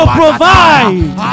provide